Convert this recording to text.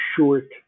short